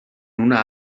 una